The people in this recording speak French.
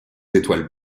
étoiles